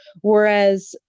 Whereas